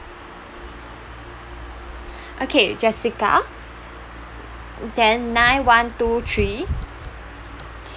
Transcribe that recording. okay jessica then nine one two three